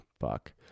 fuck